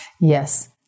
Yes